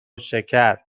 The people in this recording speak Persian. شکر